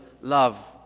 love